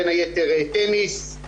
בין היתר טניס,